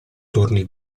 torni